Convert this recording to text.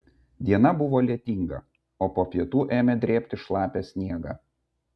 diena buvo lietinga o po pietų ėmė drėbti šlapią sniegą